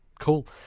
cool